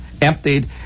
emptied